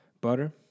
Butter